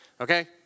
Okay